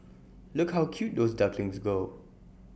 look how cute those ducklings go